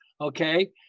okay